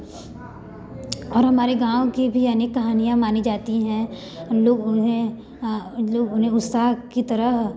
और हमारे गाँव की भी अनेक कहानियाँ मानी जाती हैं लोग उन्हें लोग उन्हें उत्साह की तरह